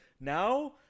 Now